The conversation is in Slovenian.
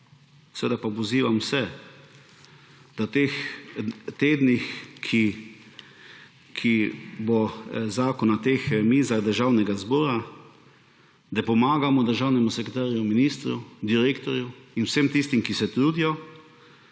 želel, pa pozivam vse, da v teh tednih, ko bo zakon na teh mizah Državnega zbora, da pomagamo državnemu sekretarju, ministru, direktorju in vsem tistim, ki se trudijo,